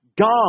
God